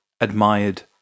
admired